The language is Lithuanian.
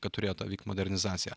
kad turėjo ta vykt modernizacija